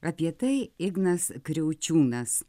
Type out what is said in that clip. apie tai ignas kriaučiūnas